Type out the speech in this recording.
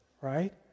right